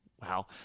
Wow